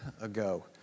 ago